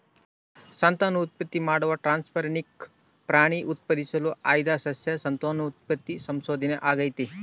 ಸಂತಾನೋತ್ಪತ್ತಿ ಮಾಡುವ ಟ್ರಾನ್ಸ್ಜೆನಿಕ್ ಪ್ರಾಣಿ ಉತ್ಪಾದಿಸಲು ಆಯ್ದ ಸಸ್ಯ ಸಂತಾನೋತ್ಪತ್ತಿ ಸಂಶೋಧನೆ ಆಗೇತಿ